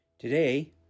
Today